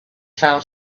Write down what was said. fell